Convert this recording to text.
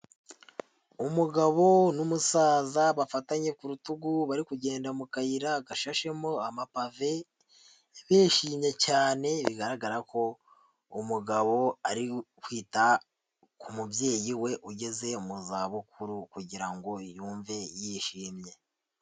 Umugabo n'umusaza bafatanye ku rutugu bari kugenda mu kayira gashashemo amapave bishimye cyane, bigaragara ko umugabo ari kwita ku mubyeyi we ugeze mu za bukuru kugira ngo yumve yishimye.